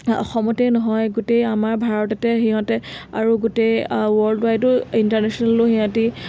অসমতেই নহয় গোটেই আমাৰ ভাৰততে সিহঁতে আৰু গোটেই ৱৰ্ল্ড ৱাইডো ইণ্টাৰনেশ্যনেলো সিহঁতে